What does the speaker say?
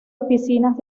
oficinas